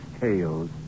tales